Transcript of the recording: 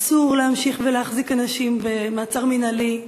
אסור להמשיך ולהחזיק אנשים במעצר מינהלי,